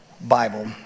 Bible